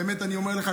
באמת, אני אומר לך.